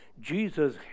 Jesus